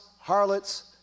harlots